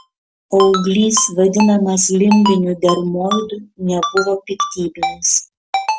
auglys vadinamas limbiniu dermoidu nebuvo piktybinis